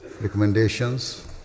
recommendations